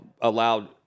allowed